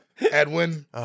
Edwin